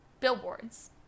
billboards